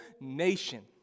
nation